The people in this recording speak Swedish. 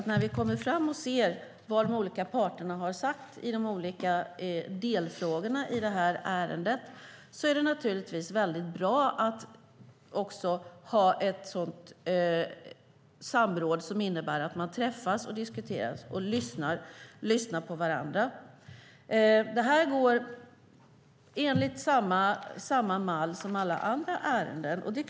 När vi sedan ser vad de olika parterna har sagt i de olika delfrågorna i ärendet är det naturligtvis bra att också ha ett samråd, det vill säga man träffas, diskuterar och lyssnar på varandra. Det här sker enligt samma mall som för alla andra ärenden.